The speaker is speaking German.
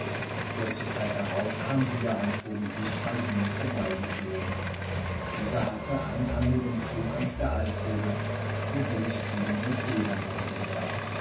kurze zeit darauf kam wieder ein vogel dicht bei ihnen vorbeigeflogen dieser hatte einen anderen flug als die altvögel er glich dem der fledermäuse mehr